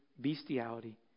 bestiality